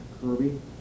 kirby